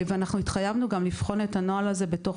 התחייבנו גם לבחון את הנוהל הזה בתוך